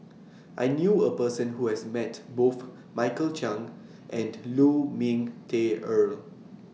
I knew A Person Who has Met Both Michael Chiang and Lu Ming Teh Earl